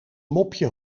mopje